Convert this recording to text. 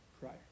prior